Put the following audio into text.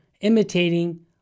imitating